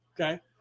Okay